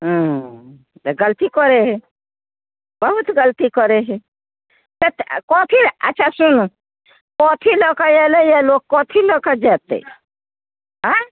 हऽ तऽ गलती करै हय बहुत गलती करै हय कथी अच्छा सुनू कथी लऽ कऽ एलैहँ लोक कथी लऽ कऽ जेतै अइ